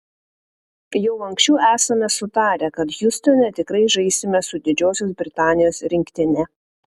jau anksčiau esame sutarę kad hjustone tikrai žaisime su didžiosios britanijos rinktine